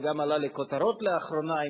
וגם עלה לכותרות לאחרונה,